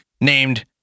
Named